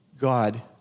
God